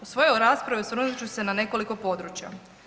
U svojoj raspravi osvrnut ću se na nekoliko područja.